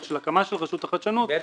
של הקמה של רשות החדשנות -- בטח.